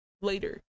later